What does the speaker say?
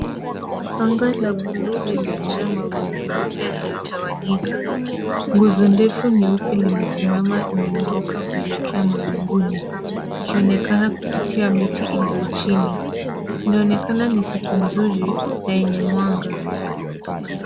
Anga la blue limejaa mawingu meupe yaliyotawanyika. Nguzo ndefu nyeupe limesimama imenyooka kuelekea mawinguni, ikionekana kupitia miti iliyo chini. Inaonekana ni siku nzuri na yenye mwanga.